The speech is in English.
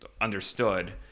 understood